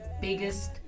biggest